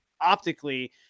optically